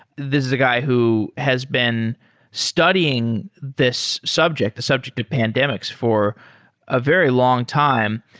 this is a guy who has been studying this subject, the subject of pandemics for a very long time,